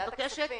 מבקשת